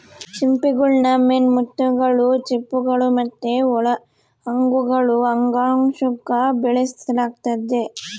ಸಿಂಪಿಗುಳ್ನ ಮೇನ್ ಮುತ್ತುಗುಳು, ಚಿಪ್ಪುಗುಳು ಮತ್ತೆ ಒಳ ಅಂಗಗುಳು ಅಂಗಾಂಶುಕ್ಕ ಬೆಳೆಸಲಾಗ್ತತೆ